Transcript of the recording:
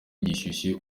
gishyushye